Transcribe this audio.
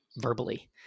verbally